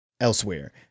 elsewhere